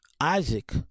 Isaac